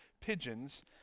pigeons